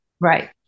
Right